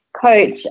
coach